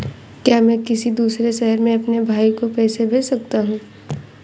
क्या मैं किसी दूसरे शहर में अपने भाई को पैसे भेज सकता हूँ?